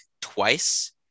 twice